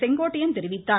செங்கோட்டையன் தெரிவித்தார்